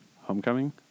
Homecoming